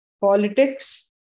politics